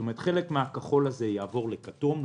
כלומר חלק מהכחול הזה יעבור לכתום,